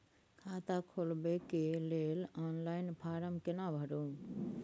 खाता खोलबेके लेल ऑनलाइन फारम केना भरु?